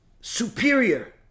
superior